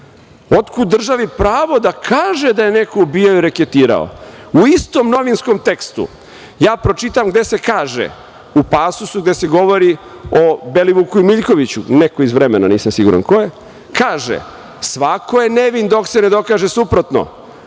Otkud državi pravo da kaže da je neko ubijao i reketirao.U istom novinskom tekstu ja pročitam gde se kaže, u pasusu gde se govori o Belivuku i Miljkoviću, neko iz „Vremena“ nisam siguran ko je, kaže – svako je nevin dok se ne dokaže suprotno,